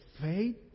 faith